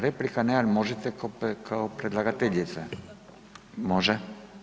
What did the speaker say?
Replika ne, ali možete kao predlagateljica, može.